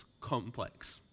complex